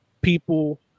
people